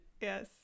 Yes